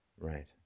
Right